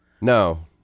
No